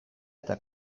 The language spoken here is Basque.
eta